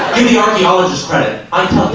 the archaeologists credit i